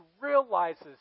realizes